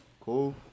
Cool